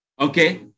okay